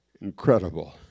Incredible